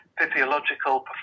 physiological